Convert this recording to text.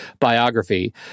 biography